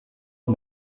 old